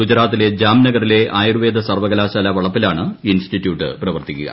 ഗുജറാത്തിലെ ജാംനഗറിലെ ആയുർവേദ സർവ്വകലാശാല വളപ്പിലാണ് ഇൻസ്റ്റിറ്റ്യൂട്ട് പ്രവർത്തിക്കുക